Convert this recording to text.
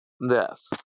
Yes